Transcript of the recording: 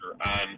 on